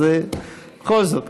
אז בכל זאת,